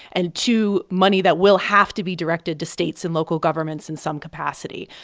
and two, money that will have to be directed to states and local governments in some capacity.